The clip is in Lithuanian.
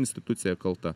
institucija kalta